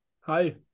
hi